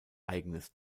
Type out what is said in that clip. eigenes